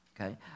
Okay